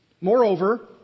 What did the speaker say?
Moreover